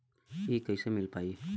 इ कईसे मिल पाई?